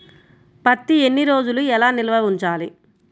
పత్తి ఎన్ని రోజులు ఎలా నిల్వ ఉంచాలి?